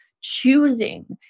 choosing